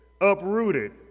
uprooted